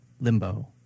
limbo